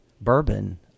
bourbon